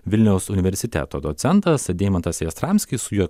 vilniaus universiteto docentas deimantas jastramskis su juo